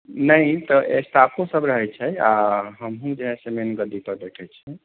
नहि तऽ स्टाफो सभ रहैत छै आ हमहुँ जे है से मेन गद्दी पर बैसैत छी